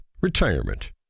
Retirement